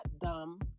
dumb